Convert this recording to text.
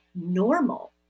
Normal